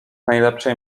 najlepszej